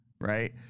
right